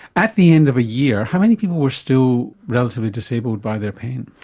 at the end of a year, how many people were still relatively disabled by their pain?